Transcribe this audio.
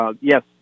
Yes